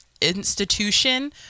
institution